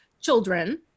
children